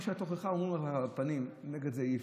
תוכחה, אומרים לך בפנים, נגד זה אי-אפשר.